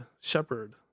shepherd